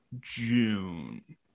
June